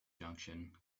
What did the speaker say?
junction